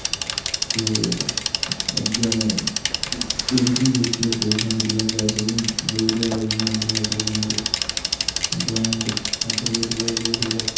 ते अग्गैं पेंटिंग बेचियै सोशल मीडिया पर पैहे बोह्त जादा कमांदे ऐ अज्जकल बंदे ब्रैंड अप्रोच करदे फिर